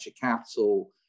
capital